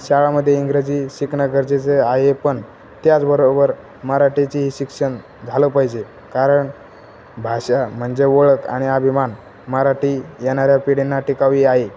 शाळामध्येे इंग्रजी शिकणं गरजेचं आहे पण त्याचबरोबर मराठीची शिक्षण झालं पाहिजे कारण भाषा म्हणजे ओळख आणि अभिमान मराठी येणाऱ्या पिढींना शिकावी आहे